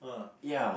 ya